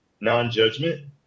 Non-judgment